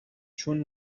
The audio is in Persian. چون